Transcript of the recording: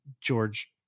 George